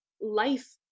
life